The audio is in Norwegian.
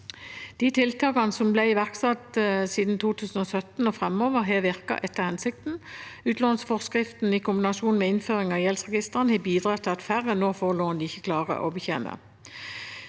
De tiltakene som har blitt iverksatt siden 2017 og framover, har virket etter hensikten. Utlånsforskriften i kombinasjon med innføring av gjeldsregistrene har bidratt til at færre nå får lån de ikke klarer å betjene.